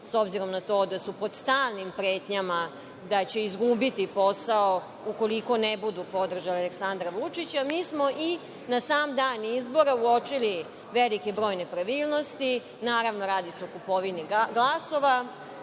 s obzirom na to da su pod stalnim pretnjama da će izgubiti posao ukoliko ne budu podržali Aleksandra Vučića, mi smo i na sam dan izbora uočili veliki broj nepravilnosti, naravno radi se o kupovini glasova.